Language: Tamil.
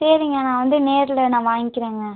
சரிங்க நான் வந்து நேரில் நான் வாங்கிக்கிறேங்க